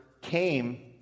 came